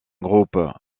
groupe